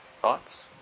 Thoughts